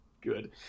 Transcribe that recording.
good